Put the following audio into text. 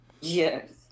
Yes